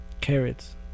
carrots